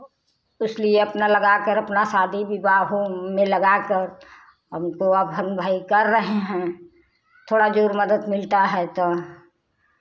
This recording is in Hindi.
इसलिए अपना लगा कर अपना शादी विवाह होम में लगा कर हमको अब हम भाई कर रहे हैं थोड़ा जो मदद मिलता है तो